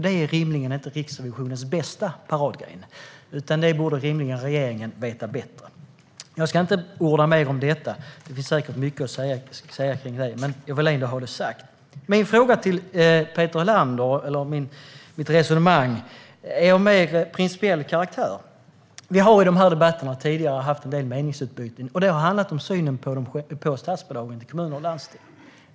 Detta är rimligen inte Riksrevisionens främsta paradgren; regeringen borde rimligen veta detta bättre. Jag ska inte orda mer om detta, även om det säkert finns mycket att säga, men jag ville ändå få det sagt. Min fråga till Peter Helander - eller mitt resonemang - är av mer principiell karaktär. Vi har i dessa debatter tidigare haft en del meningsutbyten som har handlat om synen på statsbidragen till kommuner och landsting.